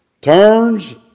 Turns